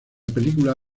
película